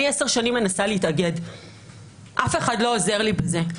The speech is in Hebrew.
אני 10 שנים מנסה להתאגד ואף אחד לא עוזר לי בזה,